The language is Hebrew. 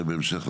זה בהמשך.